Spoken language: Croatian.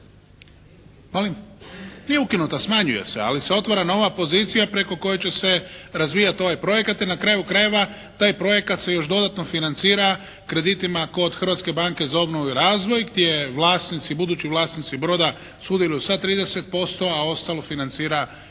Nije ukinuta, smanjuje se, ali se otvara nova pozicija preko koje će se razvijati ovaj projekat, jer na kraju krajeva taj projekat se još dodatno financira kreditima kod Hrvatske banke za obnovu i razvoj gdje budući vlasnici broda sudjeluju sa 30%, a ostalo financira